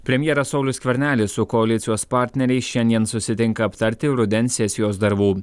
premjeras saulius skvernelis su koalicijos partneriais šiandien susitinka aptarti rudens sesijos darbų